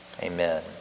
Amen